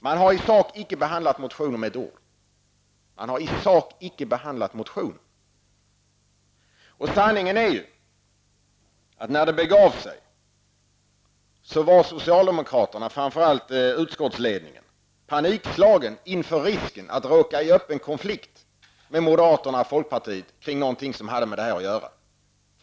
Man har i sak inte behandlat motionen med ett ord. Sanningen är ju att när det begav sig var socialdemokraterna, framför allt utskottsledningen, panikslagna inför risken att råka i öppen konflikt med moderaterna och folkpartiet kring något som hade med detta att göra.